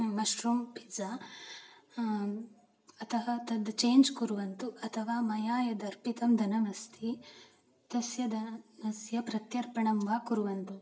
mushroom pizza अतः तद् change कुर्वन्तु अथवा मया यद् अर्पितं धनमस्ति तस्य धनं तस्य प्रत्यर्पणं वा कुर्वन्तु